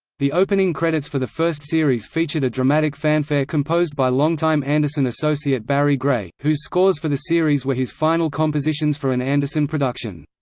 the opening credits for the first series featured a dramatic fanfare composed by long-time anderson associate barry gray, whose scores for the series were his final compositions for an anderson production.